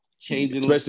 Changing